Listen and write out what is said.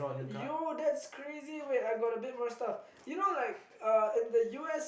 yo that's crazy wait I got a bit more stuff you know like uh in the U_S